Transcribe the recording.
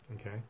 okay